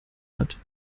hat